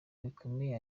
bikomeye